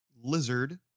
Lizard